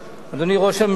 אדוני ראש הממשלה,